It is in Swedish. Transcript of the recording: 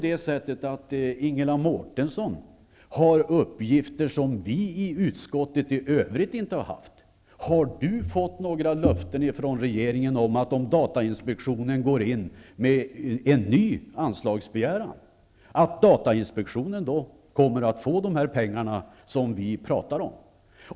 Har Ingela Mårtensson uppgifter som utskottet i övrigt inte har haft? Har Ingela Mårtensson fått några löften från regeringen om att datainspektionen, om den går in med en ny anslagsbegäran, då också kommer att få de pengar som vi pratar om?